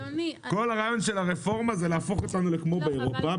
כל הרעיון של הרפורמה זה להפוך אותנו כמו באירופה,